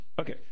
Okay